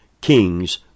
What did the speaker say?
kings